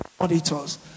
Auditors